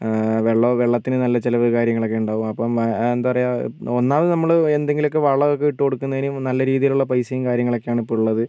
വെള്ളം വെള്ളത്തിന് നല്ല ചിലവ് കാര്യങ്ങളൊക്കേയുണ്ടാവും അപ്പം എന്താ പറയാ ഒന്നാമത് നമ്മൾ എന്തെങ്കിലുവൊക്കെ വളോക്കെ ഇട്ട് കൊടുക്കുന്നതിന് നല്ല രീതിയിലുള്ള പൈസേം കാര്യങ്ങളുവൊക്കേണ് ഇപ്പം ഉള്ളത്